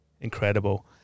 incredible